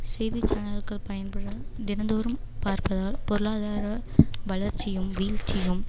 செய்திச் சேனல்கள் பயன்பட தினந்தோறும் பார்ப்பதால் பொருளாதார வளர்ச்சியும் வீழ்ச்சியும்